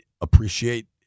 appreciate